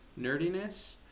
nerdiness